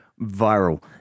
viral